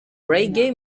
reggae